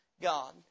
God